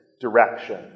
direction